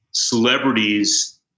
celebrities